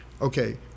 okay